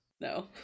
No